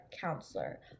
counselor